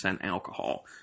alcohol